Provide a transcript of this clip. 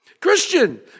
Christian